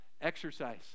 Exercise